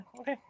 okay